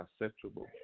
acceptable